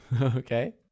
Okay